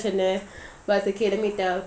சொல்லு:sollu but it's okay let me tell